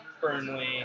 Burnley